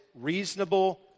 reasonable